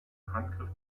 handgriff